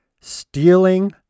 stealing